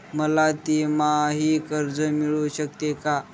मला तिमाही कर्ज मिळू शकते का?